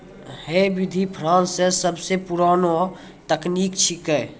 है विधि फ्रांस के सबसो पुरानो तकनीक छेकै